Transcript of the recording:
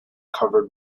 covered